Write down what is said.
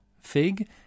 fig